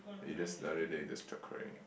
eh that's another day then start crying